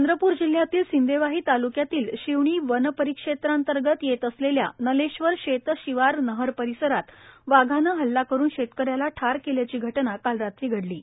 चंद्रपूर जिल्ह्यातील सिंदेवाही ताल्क्यातील शिवणी वनपरिक्षेत्रातर्गत येत असलेल्या नलेश्वर शेतशिवार नहर परीसरात वाघाने हल्ला करून शेतकऱ्याला ठार केल्याची घटना काल रात्रीघडली आहेत